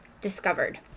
discovered